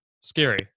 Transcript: scary